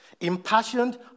impassioned